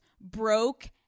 broke